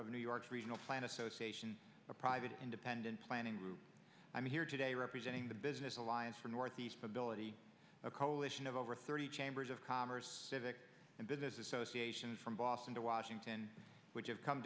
of new york's regional finals so station a private independent planning group i'm here today representing the business alliance for northeast from billet a coalition of over thirty chambers of commerce civic and business associations from boston to washington which have come